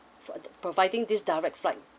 for the providing this direct flight